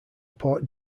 port